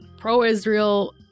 pro-Israel